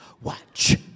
watch